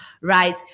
Right